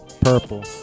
purple